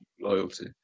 loyalty